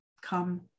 come